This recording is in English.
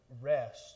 rest